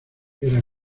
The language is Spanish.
era